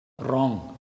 Wrong